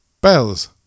Bells